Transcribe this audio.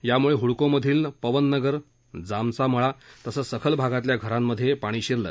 यामुळे हुडकोमधील पवननगर जामचा मळा तसंच सखल भागातल्या घरांमध्ये पाणी शिरले